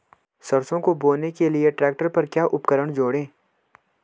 सरसों को बोने के लिये ट्रैक्टर पर क्या उपकरण जोड़ें?